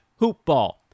hoopball